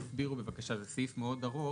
זה סעיף מאוד ארוך,